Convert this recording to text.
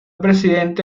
presidente